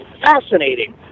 fascinating